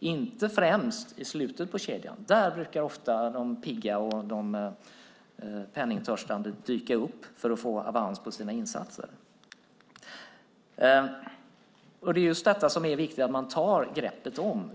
inte främst i slutet av kedjan. Där brukar ofta de pigga och penningtörstande dyka upp för att få avans på sina insatser. Och det är just detta som det är viktigt att man tar greppet om.